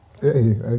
Hey